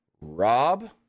Rob